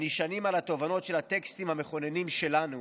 הנשענים על התובנות של הטקסטים המכוננים שלנו,